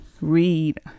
read